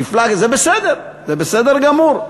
זה בסדר, זה בסדר גמור.